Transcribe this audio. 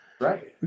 Right